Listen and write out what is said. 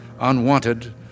unwanted